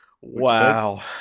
Wow